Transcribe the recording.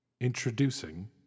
Introducing